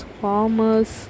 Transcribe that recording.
farmers